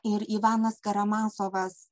ir ivanas karamazovas